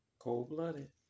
cold-blooded